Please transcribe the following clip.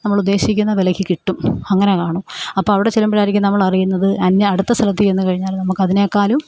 നമ്മളുദ്ദേശിക്കുന്ന വിലയ്ക്ക് കിട്ടും അങ്ങനെ കാണും അപ്പം അവിടെ ചെല്ലുമ്പോഴായിരിക്കും നമ്മളറിയുന്നത് അന്യ അടുത്ത സ്ഥലത്ത് ചെന്നുകഴിഞ്ഞാൽ നമുക്കതിനെക്കാളും